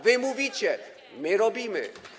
Wy mówicie, my robimy.